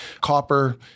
Copper